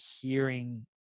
hearing